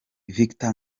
victor